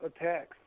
attacks